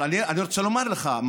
אבל אני רוצה לומר לך,